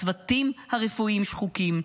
הצוותים הרפואיים שחוקים,